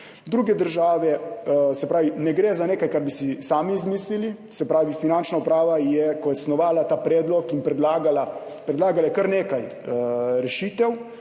Druge države, se pravi, ne gre za nekaj, kar bi si sami izmislili, Finančna uprava je, ko je snovala ta predlog in predlagala kar nekaj rešitev,